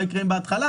מה יקרה בהתחלה,